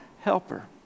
helper